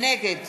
נגד